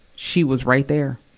she was right there.